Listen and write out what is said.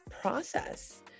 process